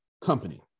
company